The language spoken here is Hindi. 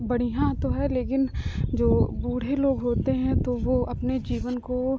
बढ़िया तो है लेकिन जो बूढ़े लोग होते हैं तो वो अपने जीवन को